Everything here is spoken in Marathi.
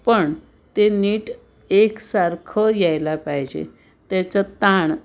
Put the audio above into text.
पण ते नीट एकसारखं यायला पाहिजे त्याचं ताण